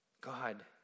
God